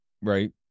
Right